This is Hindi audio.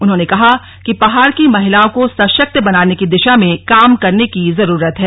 उन्होंने कहा कि पहाड़ की महिलाओं को सशक्त बनाने की दिशा में काम करने की जरूरत है